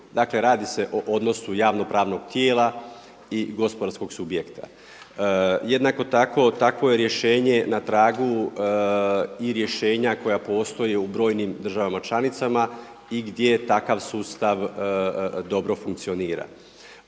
Dakle, radi se o odnosu javno pravnog tijela i gospodarskog subjekta. Jednako tako takvo je rješenje na tragu i rješenja koja postoje u brojnim državama članicama i gdje takav sustav dobro funkcionira.